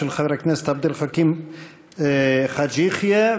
של חבר הכנסת עבד אל חכים חאג' יחיא,